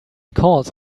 calls